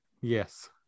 Yes